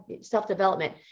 self-development